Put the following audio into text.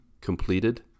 completed